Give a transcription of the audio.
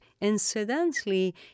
incidentally